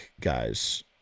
guys